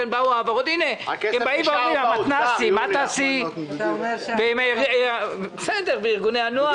עכשיו מדברים על המתנ"סים ועל ארגוני הנוער.